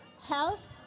Health